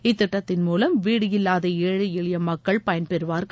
இத்திட்டத்தின் மூலம் வீடு இல்லாத ஏழை எளிய மக்கள் பயன்பெறவார்கள்